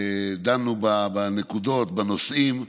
דנו בנקודות, בנושאים.